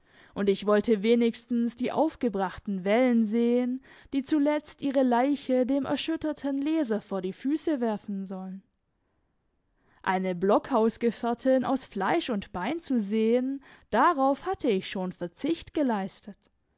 und ich wollte wenigstens die aufgebrachten wellen sehen die zuletzt ihre leiche dem erschütterten leser vor die füsse werfen sollen eine blockhausgefährtin aus fleisch und bein zu sehen darauf hatte ich schon verzicht geleistet